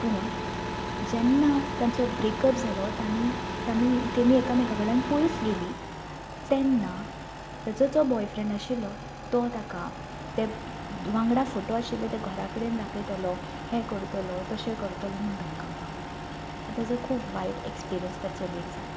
पूण जेन्ना तांचो ब्रेकअप जालो ताणी तेमी एकामेकां कडल्यान पयस गेलीं तेन्ना ताचो जो बॉयफ्रेंड आशिल्लो तो ताका ते वांगडा फोटो आशिल्ले ते घरा कडेन दाखयतलो हें करतलो तशें करतलो म्हूण धमकावपाक लागलो आनी ताचो खूब वायट एक्सपिरियंस त्या चलयेक जालो